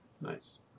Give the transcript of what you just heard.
Nice